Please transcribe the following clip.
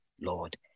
Lord